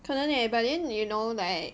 可能 leh but then you know like